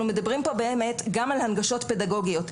אנחנו מדברים פה גם על הנגשות פדגוגיות,